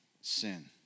sin